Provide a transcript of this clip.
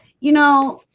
you know